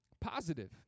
positive